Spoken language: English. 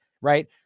right